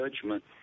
judgment